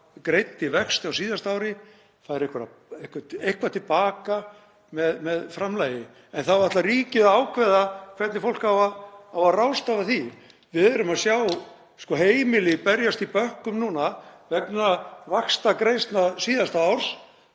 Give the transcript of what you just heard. greiddi vexti á síðasta ári fær eitthvað til baka með framlagi en þá ætlar ríkið að ákveða hvernig fólk á að ráðstafa því. Við erum að sjá heimili berjast í bökkum núna vegna vaxtagreiðslna síðasta árs.